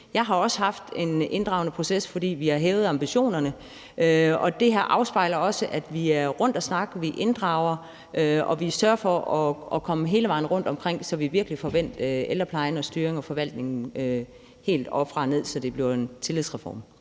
Jeg har også været igennem en inddragende proces, for vi har hævet ambitionerne, og det afspejles også i, at vi er rundt og snakker og inddrager, og vi sørger for at komme hele vejen rundt, så vi virkelig får vendt ældreplejen og styringen og forvaltningen helt oppefra og ned, så det bliver en tillidsreform.